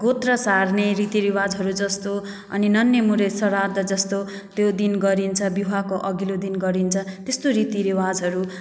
गोत्र सार्ने रीतिरिवाजहरू जस्तो अनि नन्नेमुन्ने श्राद्ध जस्तो त्यो दिन गरिन्छ विवाहको अघिल्लो दिन गरिन्छ त्यस्तो रीतिरिवाजहरू